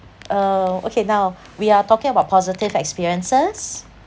uh okay now we are talking about positive experiences